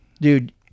dude